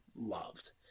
loved